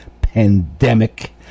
pandemic